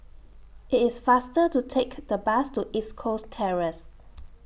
IT IS faster to Take The Bus to East Coast Terrace